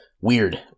weird